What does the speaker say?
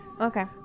okay